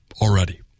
already